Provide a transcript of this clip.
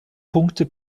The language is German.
punkte